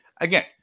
again